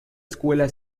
escuela